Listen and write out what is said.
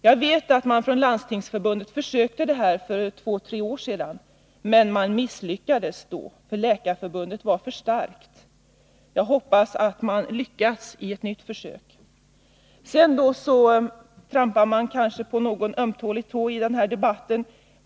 Jag vet att Landstingsförbundet för tre år sedan försökte att förhindra att läkarna får en sådan långledighet, men man misslyckades. Läkarförbundet var för starkt. Jag hoppas att man lyckas i ett nytt försök. Man kanske trampar på någon öm tå i den här debatten.